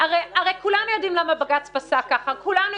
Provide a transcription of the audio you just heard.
הרי כולנו יודעים למה בג"ץ פסק כך, כולנו